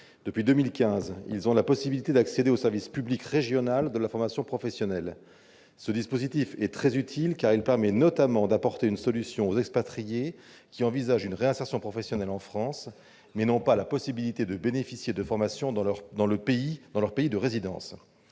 Depuis 2015, ils ont la possibilité d'accéder au service public régional de la formation professionnelle. Ce dispositif est très utile, car il permet, notamment, d'apporter une solution aux expatriés qui envisagent une réinsertion professionnelle en France, mais qui n'ont pas la possibilité de bénéficier de formations dans leur pays de résidence.